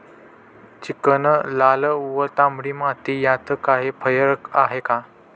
Chicken, लाल व तांबडी माती यात काही फरक आहे का?